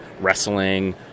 wrestling